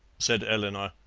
said eleanor.